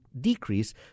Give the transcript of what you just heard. decrease